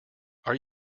are